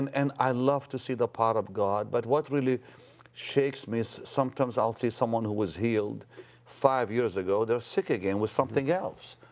and i love to see the part of god, but what really shakes me, so sometimes i'll see someone who was healed five years ago. they're sick again with something else,